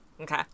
okay